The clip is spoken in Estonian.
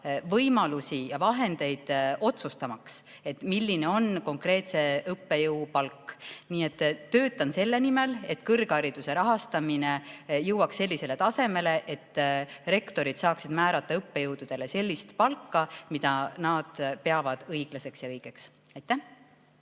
võimalusi ja vahendeid otsustamaks, milline on konkreetse õppejõu palk. Nii et töötan selle nimel, et kõrghariduse rahastamine jõuaks sellisele tasemele, et rektorid saaksid määrata õppejõududele sellist palka, mida nad peavad õiglaseks ja õigeks. Aitäh!